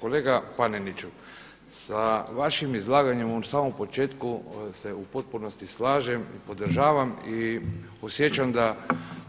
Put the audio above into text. Kolega Paneniću, sa vašim izlaganjem u samom početku se u potpunosti slažem i podržavam i osjećam da